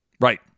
right